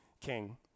king